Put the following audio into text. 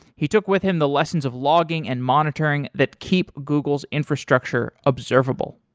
he took with him the lessons of logging and monitoring that keep google's infrastructure observable.